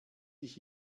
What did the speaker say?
ich